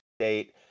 State